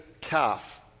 calf